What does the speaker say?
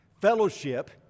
Fellowship